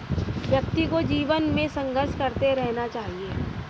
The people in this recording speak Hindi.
व्यक्ति को जीवन में संघर्ष करते रहना चाहिए